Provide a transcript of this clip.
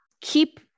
Keep